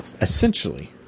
essentially